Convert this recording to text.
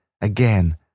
again